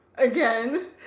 Again